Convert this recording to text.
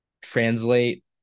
translate